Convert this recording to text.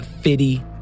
fitty